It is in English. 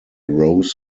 rows